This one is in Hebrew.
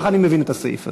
ככה אני מבין את הסעיף הזה.